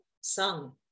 sung